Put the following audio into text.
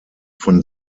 von